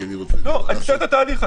כי אני רוצה --- אני מתאר את התהליך,